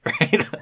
Right